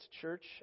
church